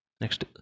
Next